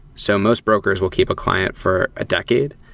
so most brokers will keep a client for a decade,